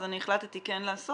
אז אני החלטתי כן לעשות.